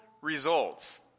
results